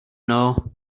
know